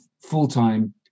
full-time